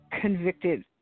convicted